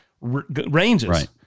ranges